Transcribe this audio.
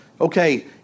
okay